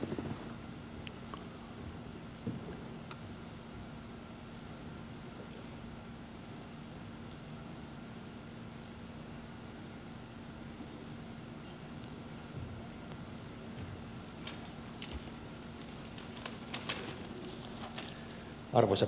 arvoisa puhemies